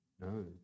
No